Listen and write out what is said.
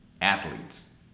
Athletes